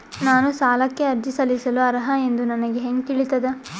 ನಾನು ಸಾಲಕ್ಕೆ ಅರ್ಜಿ ಸಲ್ಲಿಸಲು ಅರ್ಹ ಎಂದು ನನಗೆ ಹೆಂಗ್ ತಿಳಿತದ?